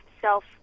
self